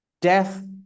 Death